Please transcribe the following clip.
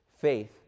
Faith